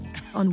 on